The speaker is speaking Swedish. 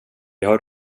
har